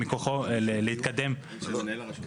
מכוחו להתקדם בתהליך.